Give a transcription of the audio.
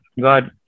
God